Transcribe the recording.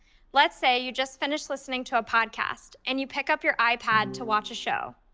let's say you just finished listening to a podcast and you pick up your ipad to watch a show.